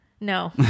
No